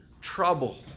trouble